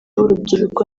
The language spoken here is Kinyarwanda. w’urubyiruko